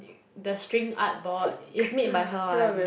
the string art board is made by her one